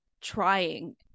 trying